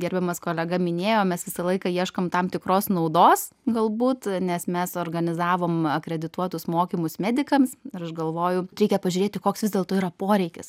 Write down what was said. gerbiamas kolega minėjo mes visą laiką ieškom tam tikros naudos galbūt nes mes organizavom akredituotus mokymus medikams ir aš galvoju reikia pažiūrėti koks vis dėlto yra poreikis